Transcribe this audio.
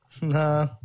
Nah